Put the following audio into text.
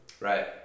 Right